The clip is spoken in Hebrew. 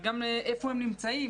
וגם איפה הם נמצאים,